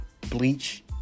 Bleach